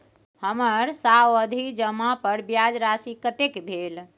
हमर सावधि जमा पर ब्याज राशि कतेक भेल?